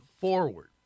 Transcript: forward